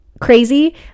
crazy